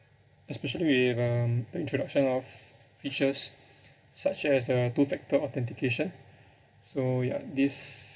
especially with um the introduction of features such as uh two factor authentication so ya this